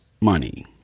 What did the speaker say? money